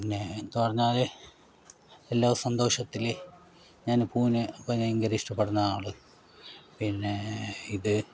പിന്നെ എനിക്ക് പറഞ്ഞാൽ എല്ലാ സന്തോഷത്തിൽ ഞാൻ പൂവിനെ ഭയങ്കര ഇഷ്ടപ്പെടുന്ന ആൾ പിന്നെ ഇത്